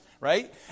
right